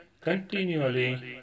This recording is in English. continually